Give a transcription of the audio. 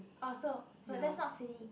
oh so but that's not silly